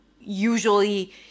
usually